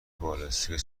بالستیک